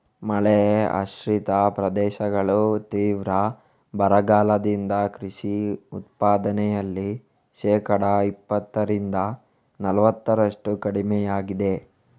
ಮಳೆ ಆಶ್ರಿತ ಪ್ರದೇಶಗಳು ತೀವ್ರ ಬರಗಾಲದಿಂದ ಕೃಷಿ ಉತ್ಪಾದನೆಯಲ್ಲಿ ಶೇಕಡಾ ಇಪ್ಪತ್ತರಿಂದ ನಲವತ್ತರಷ್ಟು ಕಡಿಮೆಯಾಗಿದೆ